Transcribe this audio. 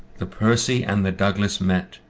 the percy and the douglas met,